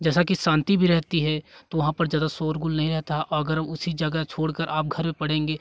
जैसा कि शांति भी रहती है तो वहाँ पर ज्यादा शोरगुल नहीं रहता है औ अगर उसी जगह छोड़कर आप घर में पढ़ेंगे